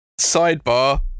sidebar